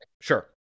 sure